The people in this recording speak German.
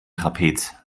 trapez